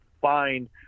find